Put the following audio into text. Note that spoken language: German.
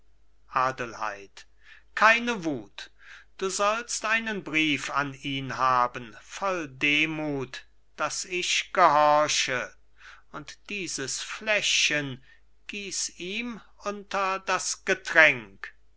adelheid keine wut du sollst einen brief an ihn haben voll demut daß ich gehorche und dieses fläschchen gieß ihm unter das getränk